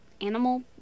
animal